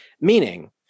Meaning